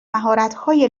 مهارتهای